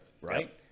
right